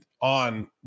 on